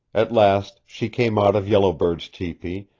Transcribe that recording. at last she came out of yellow bird's tepee,